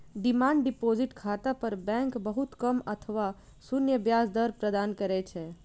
demand deposit खाता पर bank बहुत कम अथवा शून्य ब्याज दर प्रदान करै छै